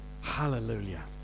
Hallelujah